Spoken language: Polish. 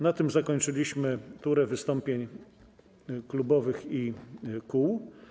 Na tym zakończyliśmy turę wystąpień klubowych i kół.